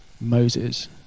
Moses